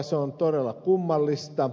se on todella kummallista